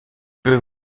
peut